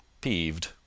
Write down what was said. peeved